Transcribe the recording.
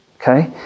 Okay